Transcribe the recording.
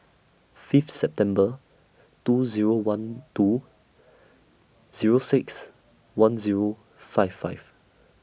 Fifth September two Zero one two Zero six one Zero five five